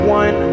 one